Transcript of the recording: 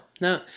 no